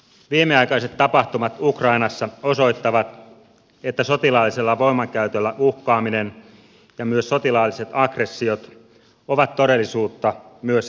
viimeaikaiset tapahtumat ukrainassa osoittavat että sotilaallisella voimankäytöllä uhkaaminen ja myös sotilaalliset aggressiot ovat todellisuutta myös euroopassa